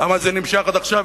למה זה נמשך עד עכשיו?